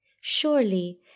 Surely